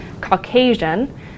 Caucasian